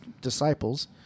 disciples